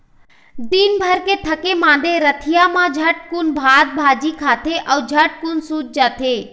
दिनभर के थके मांदे रतिहा मा झटकुन भात सब्जी खाथे अउ झटकुन सूत जाथे